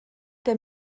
der